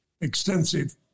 extensive